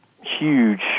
huge